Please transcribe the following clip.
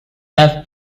have